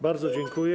Bardzo dziękuję.